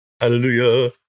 Hallelujah